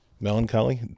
Melancholy